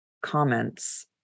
Comments